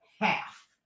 half